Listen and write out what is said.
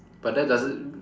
but that doesn't